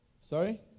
Sorry